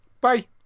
Bye